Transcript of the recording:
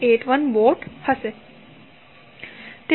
81 watt હશે